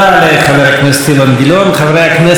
חברי הכנסת, אנחנו עוברים להצבעות.